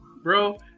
Bro